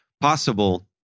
possible